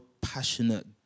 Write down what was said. passionate